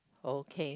okay